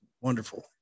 wonderful